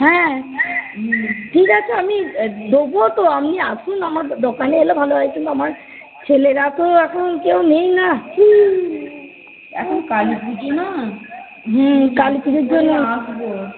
হ্যাঁ ঠিক আছে আমি দেবো তো আপনি আসুন আমার দোকানে এলে ভালো হয় কিন্তু আমার ছেলেরা তো এখন কেউ নেই না এখন কালী পুজো না হুম কালী পুজোর জন্য